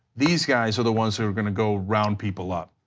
these guys are the ones that are going to go round people up.